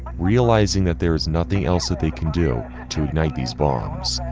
realizing that there is nothing else that they can do to ignite these bombs,